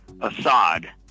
Assad